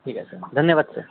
ठीक आहे सर धन्यवाद सर